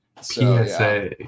psa